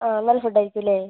ആ നല്ല ഫുഡ് ആയിരിക്കും അല്ലേ